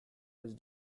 his